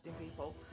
people